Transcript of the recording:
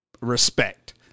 respect